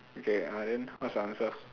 okay ah then what's your answer